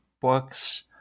books